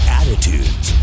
attitudes